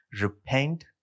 Repent